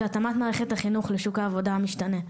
התאמת מערכת החינוך לשוק העבודה המשתנה,